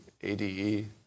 ADE